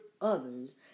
others